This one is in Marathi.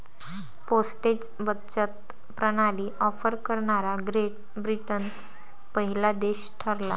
पोस्टेज बचत प्रणाली ऑफर करणारा ग्रेट ब्रिटन पहिला देश ठरला